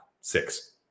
six